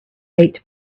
eight